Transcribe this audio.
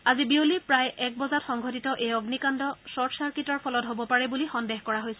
আজি বিয়লি প্ৰায় এক বজাত সংঘটিত এই অগ্নিকাণ্ড ছৰ্ট চাৰ্কিটৰ ফলত হব পাৰে বুলি সন্দেহ কৰা হৈছে